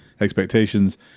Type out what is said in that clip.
expectations